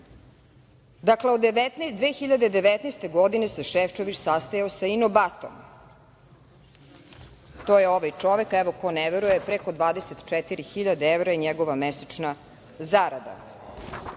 Dakle, od 2019. godine se Šefčovič sastajao sa „Ino batom“, to je ovaj čovek. Evo, ko ne veruje, preko 24.000 evra je njegova mesečna zarada. Od